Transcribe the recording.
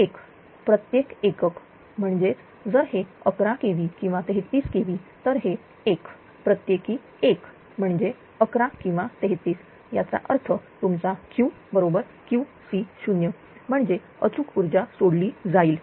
0 प्रत्येक एकक म्हणजेच जर हे11 kV किंवा 33kV तर हे1 प्रत्येकी एकक म्हणजे 11 किंवा 33 याचा अर्थ तुमचा Q बरोबरQC0 म्हणजेअचूक ऊर्जा सोडली जाईल